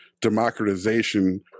democratization